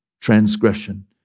transgression